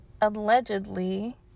allegedly